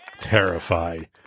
terrified